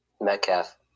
Metcalf